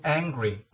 angry